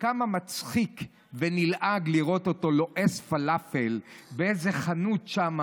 כמה מצחיק ונלעג לראות אותו לועס פלאפל באיזה חנות שם